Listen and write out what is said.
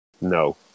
No